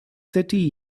thirty